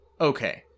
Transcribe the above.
okay